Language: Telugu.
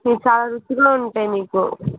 ఇవి చాలా రుచిగా ఉంటాయి మీకు